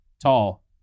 tall